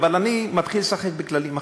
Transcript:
אבל אני מתחיל לשחק בכללים אחרים.